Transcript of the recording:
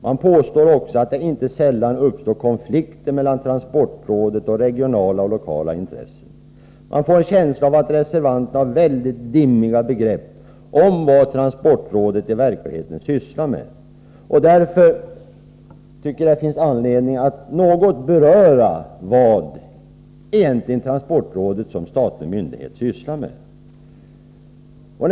Man påstår också att det inte sällan uppstår konflikter mellan transportrådet och regionala och lokala intressen. Jag får en känsla av att reservanterna har väldigt dimmiga begrepp om vad transportrådet i verkligheten sysslar med. Därför tycker jag att det finns anledning att något beröra vad transportrådet som statlig myndighet egentligen gör.